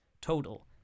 total